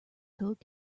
code